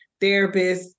therapists